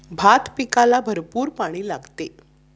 भात पिकाला भरपूर पाणी लागते